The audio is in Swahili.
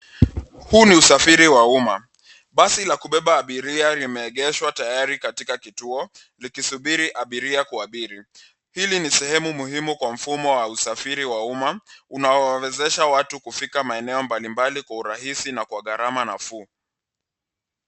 Huu ni usafiri wa umma. Basi la kubebeba abiria limeegeshwa tayari katika kituo likisubiri abiria kuabiri. Hili ni sehemu muhimu kwa mfumo wa usafiri wa umma unaowawezesha watu kufika maeneo mbalimbali kwa urahisi na kwa gharama nafuu.